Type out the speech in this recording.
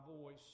voice